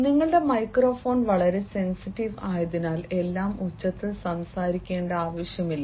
നിങ്ങളുടെ മൈക്രോഫോൺ വളരെ സെൻസിറ്റീവ് ആയതിനാൽ എല്ലാം ഉച്ചത്തിൽ സംസാരിക്കേണ്ട ആവശ്യമില്ല